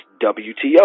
WTO